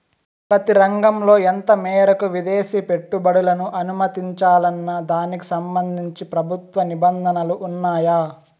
ప్రతి రంగంలో ఎంత మేరకు విదేశీ పెట్టుబడులను అనుమతించాలన్న దానికి సంబంధించి ప్రభుత్వ నిబంధనలు ఉన్నాయా?